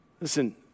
Listen